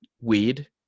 weed